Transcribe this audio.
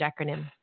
Acronym